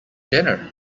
dinner